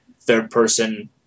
third-person